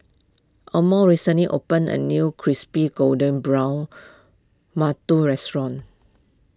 Emory recently opened a new Crispy Golden Brown Mantou restaurant